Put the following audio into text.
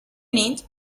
need